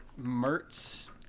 Mertz